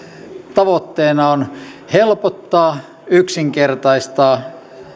tavoitteena on helpottaa yksinkertaistaa